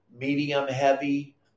medium-heavy